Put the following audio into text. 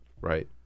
right